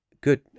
good